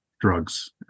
drugs